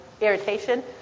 irritation